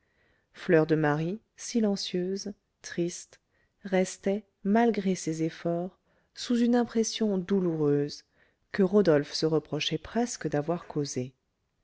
fleur de marie silencieuse triste restait malgré ses efforts sous une impression douloureuse que rodolphe se reprochait presque d'avoir causée